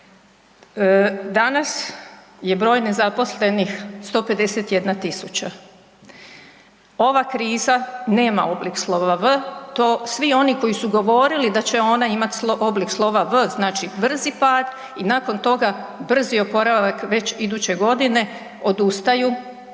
Danas je broj nezaposlenih 151 tisuća. Ova kriza nema oblik slova V, to svi oni koji su govorili da će ona imati oblik slova V znači brzi pad i nakon toga brzi oporavak već iduće godine odustaju.